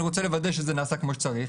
אני רוצה לוודא שזה נעשה כמו שצריך,